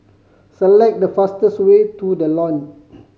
select the fastest way to The Lawn